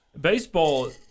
baseball